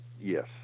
yes